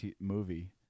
movie